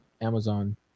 Amazon